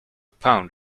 pound